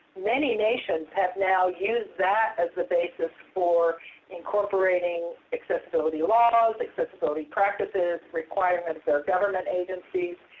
many nations have now used that as the basis for incorporating accessibility laws, accessibility practices, requirements of government agencies,